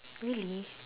really